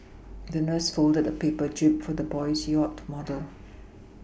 the nurse folded a paper jib for the boy's yacht model